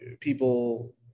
people